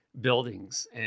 buildings